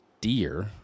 deer